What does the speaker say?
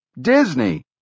Disney